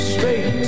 Straight